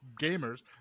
gamers